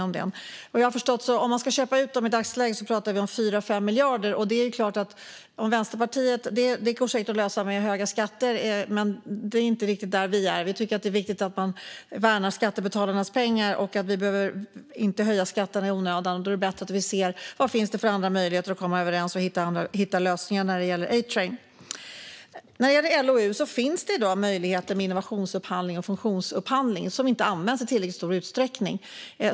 Om man ska köpa ut dem i dagsläget har jag förstått att vi pratar om 4-5 miljarder. För Vänsterpartiet går det säkert att lösa med höga skatter, men det är inte riktigt där vi är. Vi tycker att det är viktigt att man värnar skattebetalarnas pengar och inte höjer skatterna i onödan. Då är det bättre att vi ser vad det finns för andra möjligheter att komma överens och hitta lösningar när det gäller A-Train. När det gäller LOU finns i dag möjlighet till innovationsupphandling och funktionsupphandling, men det används inte i tillräckligt stor utsträckning.